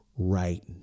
right